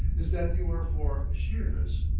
is that you are for sheerness.